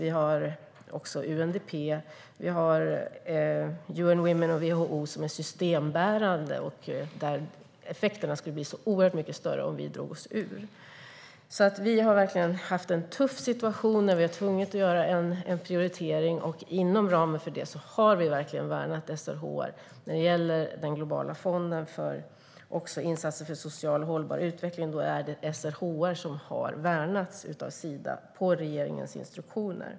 Vi har också UNDP, UN Women och WHO som är systembärande och där effekterna skulle bli så oerhört mycket större om vi drog oss ur. Vi har verkligen haft en tuff situation när vi har varit tvungna att göra en prioritering. Inom ramen för det har vi verkligen värnat SRHR när det gäller Globala fonden. När det gäller insatser för social och hållbar utveckling är det SRHR som har värnats av Sida enligt regeringens instruktioner.